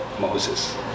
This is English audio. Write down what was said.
moses